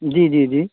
جی جی جی